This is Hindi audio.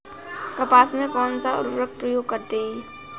कपास में कौनसा उर्वरक प्रयोग करते हैं?